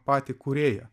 patį kūrėją